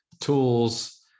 tools